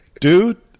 Dude